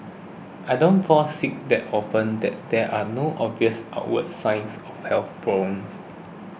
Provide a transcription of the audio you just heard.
I don't fall sick that often that there are no obvious outward signs of health problems